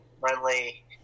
friendly